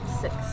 Six